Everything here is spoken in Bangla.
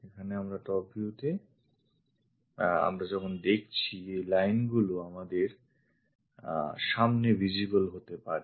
এখন আমরা top view তে আমরা যখন দেখছি এই lineগুলি আমাদের সামনে visible হতে পারে